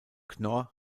knorr